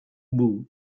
boo